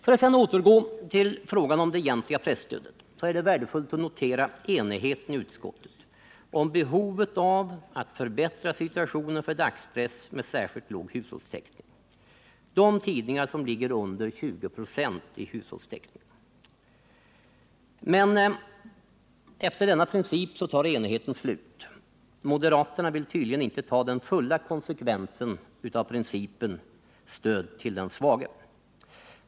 Beträffande frågan om det egentliga presstödet är det värdefullt att notera enigheten i utskottet om behovet av att förbättra situationen för dagspress med särskilt låg hushållstäckning, dvs. de tidningar som ligger under 20 96 i hushållstäckning. Men efter denna princip tar enigheten slut. Moderaterna vill tydligen inte ta den fulla konsekvensen av principen stöd till den svage.